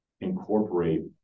incorporate